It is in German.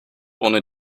ohne